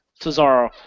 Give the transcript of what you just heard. Cesaro